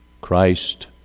Christ